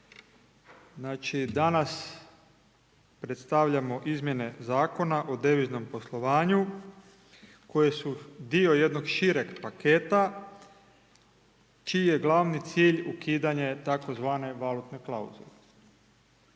danas, predstavljamo izmjene Zakona o deviznom poslovanju, koji su dio jednog šireg paketa, čiji je glavni cilj ukidanje tzv. valutne klauzule